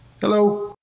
Hello